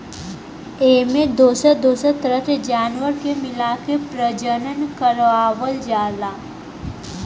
एमें दोसर दोसर तरह के जानवर के मिलाके प्रजनन करवावल जाला